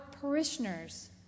parishioners